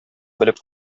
белеп